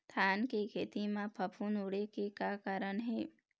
धान के खेती म फफूंद उड़े के का कारण हे?